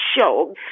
show